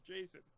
Jason